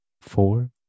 Four